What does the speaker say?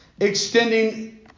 extending